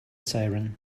siren